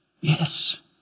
yes